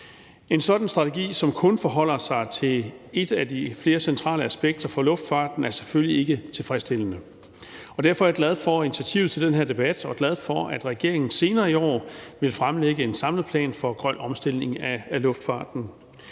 En sådan strategi, som kun forholder sig til et af flere centrale aspekter af luftfarten, er selvfølgelig ikke tilfredsstillende. Derfor er jeg glad for initiativet til den her debat og glad for, at regeringen senere i år vil fremlægge en samlet plan for grøn omstilling af luftfarten,